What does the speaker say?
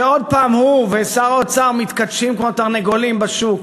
לכך שעוד הפעם הוא ושר האוצר מתכתשים כמו תרנגולים בשוק,